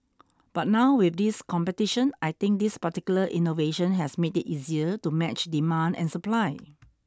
but now with this competition I think this particular innovation has made it easier to match demand and supply